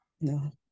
no